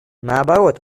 наоборот